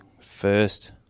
first